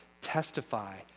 testify